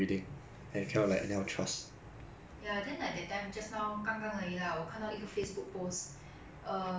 err someone drinking koi then 他讲 what this at first they thought it's the golden bubble pearl then 他就讲